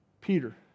Peter